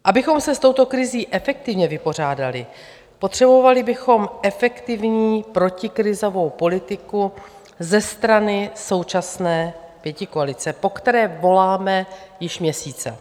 Abychom se s touto krizí efektivně vypořádali, potřebovali bychom efektivní protikrizovou politiku ze strany současné pětikoalice, po které voláme již měsíce.